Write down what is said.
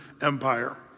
Empire